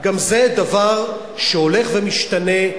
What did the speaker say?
זה דבר שהולך ומשתנה,